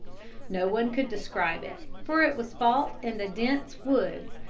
no one could describe it, for it was fought in the dense woods,